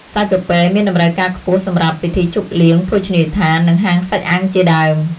សាច់ពពែមានតម្រូវការខ្ពស់សម្រាប់ពិធីជប់លៀង ភោជនីយដ្ឋាន និងហាងសាច់អាំងជាដើម។